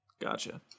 Gotcha